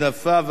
ואחריו,